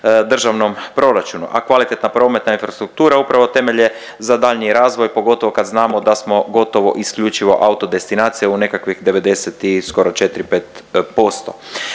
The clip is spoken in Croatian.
državnom proračunu, a kvalitetna prometna infrastruktura upravo temelj je za daljnji razvoj pogotovo kad znamo da smo gotovo isključivo auto destinacija u nekakvih 90 i skoro 4,